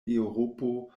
eŭropo